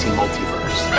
multiverse